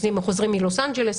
חוזרים מלוס אנג'לס.